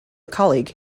colleague